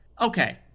Okay